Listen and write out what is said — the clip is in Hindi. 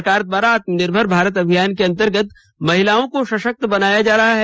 सरकार द्वारा आत्मनिर्भर भारत अभियान के अंतर्गत महिलाओं को सषक्त बनाया जा रहा है